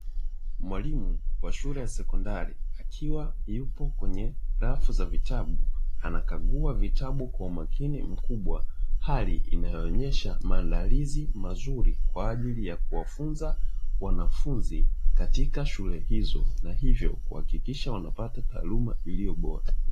Mwalimu wa shule ya sekondari akiwa yupo kwenye rafu za vitabu anakagua vitabu kwa umakini mkubwa hali inayoonyesha maandalizi mazuri, kwa ajili ya kuwafunza wanafunzi katika shule hizo na hivyo kuhakikisha wanapata taaluma iliyo bora.